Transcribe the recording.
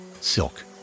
silk